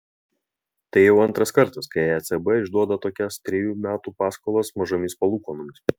tai jau antras kartas kai ecb išduoda tokias trejų metų paskolas mažomis palūkanomis